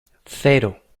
cero